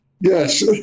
yes